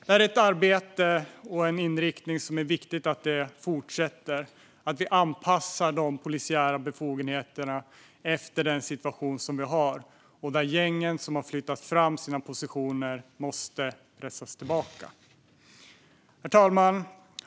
Det är viktigt att detta arbete och denna inriktning fortsätter och att vi anpassar de polisiära befogenheterna efter den situation vi har, där gängen som har flyttat fram sina positioner måste pressas tillbaka. Herr talman!